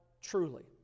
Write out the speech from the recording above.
truly